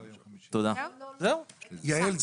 יעל,